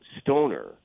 Stoner